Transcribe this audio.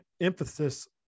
emphasis